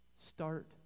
Start